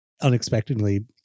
unexpectedly